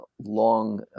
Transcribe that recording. long